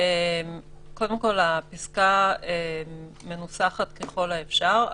הפסקה מנוסחת ככל האפשר.